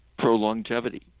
ProLongevity